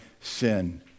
sin